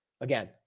Again